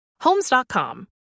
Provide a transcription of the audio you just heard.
Homes.com